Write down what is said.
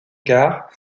gare